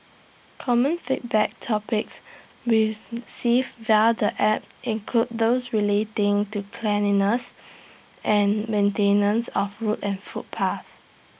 common feedback topics received via the app include those relating to cleanliness and maintenance of roads and footpaths